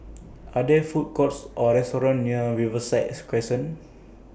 Are There Food Courts Or restaurants near Riverside as Crescent